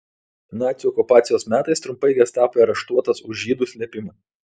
nacių okupacijos metais trumpai gestapo areštuotas už žydų slėpimą